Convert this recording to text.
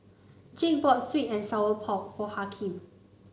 Jake bought sweet and Sour Pork for Hakim